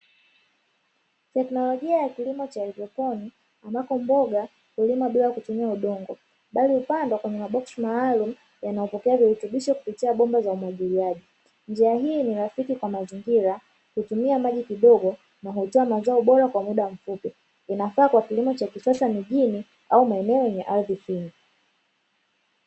Teknolojia ya kilimo cha haidroponi ambako mboga hulimwa bila kutumia udongo bali upandwa kwenye maboksi maalumu yanayopokea virutubisho kupitia bomba za umwagiliaji njia hii ni rafiki kwa mazingira, hutumia maji kidogo na kutoa mazao bora kwa muda mfupi, inafaa kwa kilimo cha kisasa mijini au maeneo yenye ardhi finyu.